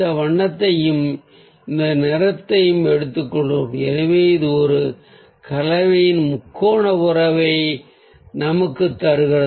இந்த வண்ணத்தையும் இந்த நிறத்தையும் எடுத்துக்கொள்கிறோம் எனவே இது ஒரு கலவையின் முக்கோண உறவை நமக்குத் தருகிறது